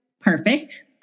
perfect